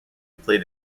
played